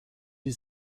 die